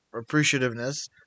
appreciativeness